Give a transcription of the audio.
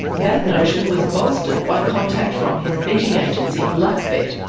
that notion was bolstered by contact from his betting agency, luxbet.